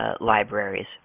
libraries